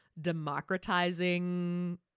democratizing